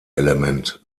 element